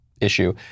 issue